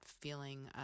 feeling